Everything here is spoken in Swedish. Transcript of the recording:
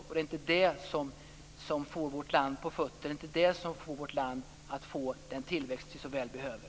Det är inte det som får vårt land på fötter och det är inte det som gör att vårt land får den tillväxt som vi så väl behöver.